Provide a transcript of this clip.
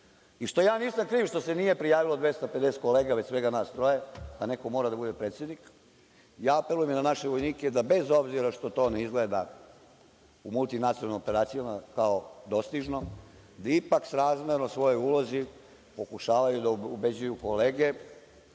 Nisam ja kriv što se nije prijavilo 250 kolega već svega nas troje, a neko mora da bude predsednik. Apelujem i na naše vojnike da bez obzira što to ne izgleda u multinacionalnim operacijama kao dostižno, da ipak srazmerno svojoj ulozi pokušavaju da ubeđuju kolege,